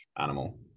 animal